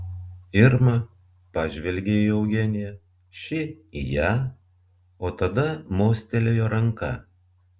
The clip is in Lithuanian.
irma pažvelgė į eugeniją ši į ją o tada mostelėjo ranka